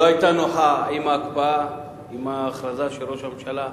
לא היתה נוחה עם ההקפאה, עם ההכרזה של ראש הממשלה.